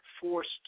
forced